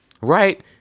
right